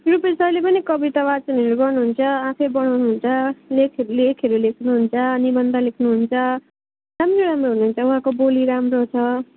रुपेश सरले पनि कविता वाचनहरू गर्नुहुन्छ आफै बनाउनु हुन्छ लेख लेखहरू लेख्नुहुन्छ निबन्ध लेख्नुहुन्छ राम्रो राम्रो हुनुहुन्छ उहाँको बोली राम्रो छ